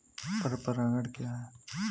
पर परागण क्या है?